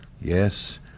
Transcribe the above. Yes